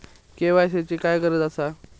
KYC ची काय गरज आसा?